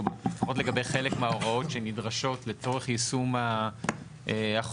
לפחות לגבי חלק מההוראות שנדרשות לצורך יישום החוק